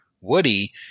Woody